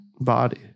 body